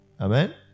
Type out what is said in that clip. Amen